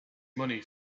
money